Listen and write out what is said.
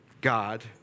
God